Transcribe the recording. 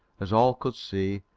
as all could see,